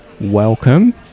welcome